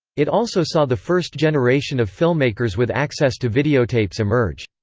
it also saw the first generation of filmmakers with access to videotapes emerge.